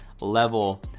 level